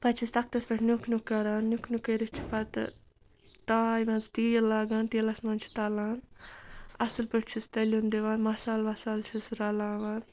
پَتہٕ چھَس تختَس پٮ۪ٹھ نیُک نیُک کَران نیُک نیُک کٔرِتھ چھِ پَتہٕ تایہِ منٛز تیٖل لاگان تیٖلَس مَنٛز چھِ تَلان اَصٕل پٲٹھۍ چھِس تٔلیُن دِوان مَصال وَصال چھِس رَلاوان